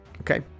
Okay